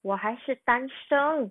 我还是单身